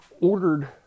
ordered